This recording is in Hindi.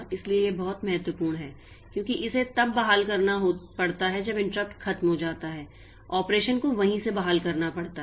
इसलिए यह बहुत महत्वपूर्ण है क्योंकि इसे तब बहाल करना पड़ता है जब इंटरप्ट खत्म हो जाता है और ऑपरेशन को वहीं से बहाल करना पड़ता है